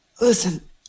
Listen